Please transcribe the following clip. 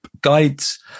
guides